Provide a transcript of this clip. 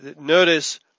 notice